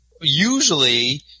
Usually